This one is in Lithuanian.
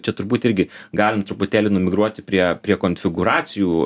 čia turbūt irgi galim truputėlį migruoti prie prie konfigūracijų